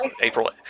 April